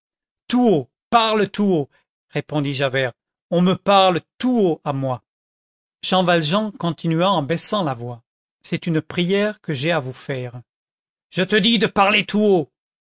parle tout haut répondit javert on me parle tout haut à moi jean valjean continua en baissant la voix c'est une prière que j'ai à vous faire je te dis de parler tout haut